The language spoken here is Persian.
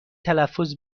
تلفظ